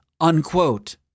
unquote